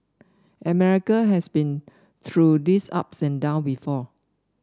America has been through these ups and down before